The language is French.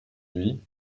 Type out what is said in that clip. lui